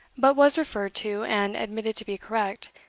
but was referred to, and admitted to be correct,